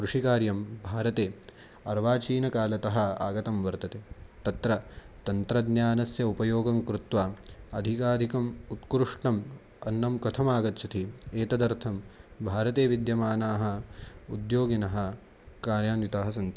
कृषिकार्यं भारते अर्वाचीनकालतः आगतं वर्तते तत्र तन्त्रज्ञानस्य उपयोगं कृत्वा अधिकाधिकम् उत्कृष्टम् अन्नं कथम् आगच्छति एतदर्थं भारते विद्यमानाः उद्योगिनः कार्यान्विताः सन्ति